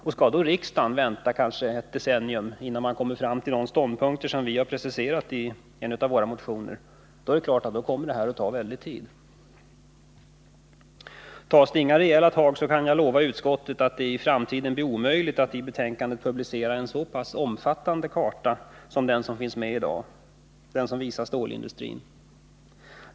Om då riksdagen skall vänta ett decennium innan man kommer fram till de ståndpunkter som vi har preciserat i en av våra motioner, kommer det här att ta väldig tid. Blir det inga rejäla tag, så kan jag lova utskottet att det i framtiden kommer att vara omöjligt att i ett betänkande publicera en så pass omfattande karta som den som finns med i dag, visande stålindustrin.